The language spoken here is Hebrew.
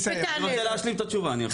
להשלים את התשובה.